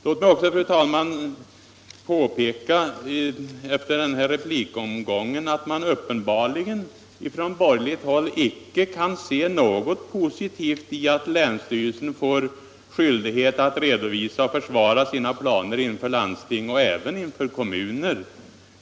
Låt mig också, fru talman, efter den här replikomgången påpeka att man på borgerligt håll uppenbarligen icke kan se något positivt i att länsstyrelsen får skyldighet att redovisa och försvara sina planer inför landsting och även inför kommuner.